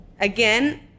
again